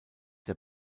der